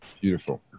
Beautiful